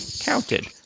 counted